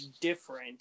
different